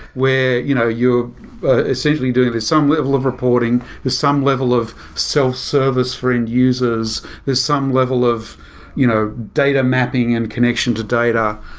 where you know you're essentially doing, there's some level of reporting, there's some level of self-service for end-users, there's some level of you know data mapping and connection to data.